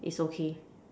is okay